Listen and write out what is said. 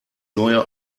neue